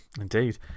Indeed